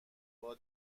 بار